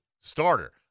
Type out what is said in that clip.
starter